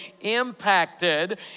impacted